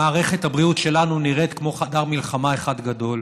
מערכת הבריאות שלנו נראית כמו חדר מלחמה אחד גדול.